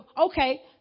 Okay